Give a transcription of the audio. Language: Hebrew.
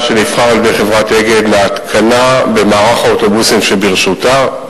שנבחר על-ידי חברת "אגד" להתקנה במערך האוטובוסים שברשותה.